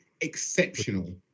exceptional